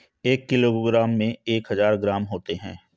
एक किलोग्राम में एक हज़ार ग्राम होते हैं